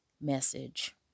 message